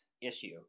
issue